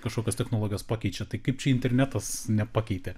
kažkokios technologijos pakeičia tai kaip internetas nepakeitė